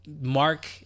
mark